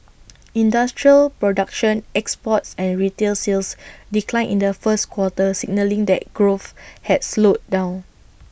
industrial production exports and retail sales declined in the first quarter signalling that growth had slowed down